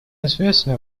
известно